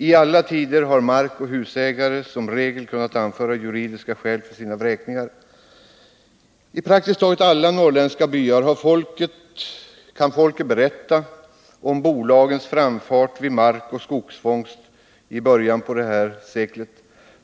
I alla tider har markoch husägare som regel kunnat anföra juridiska skäl för sina vräkningar. I praktiskt taget alla norrländska byar kan folket berätta om bolagens framfart vid markoch skogsfångst i början på det här seklet.